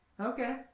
Okay